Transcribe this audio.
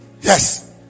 Yes